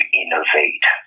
innovate